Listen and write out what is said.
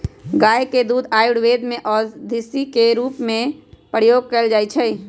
गाय के दूध के आयुर्वेद में औषधि के रूप में प्रयोग कएल जाइ छइ